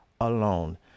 alone